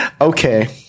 Okay